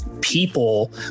people